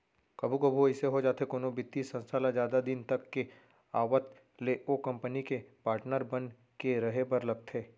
कभू कभू अइसे हो जाथे कोनो बित्तीय संस्था ल जादा दिन तक के आवत ले ओ कंपनी के पाटनर बन के रहें बर लगथे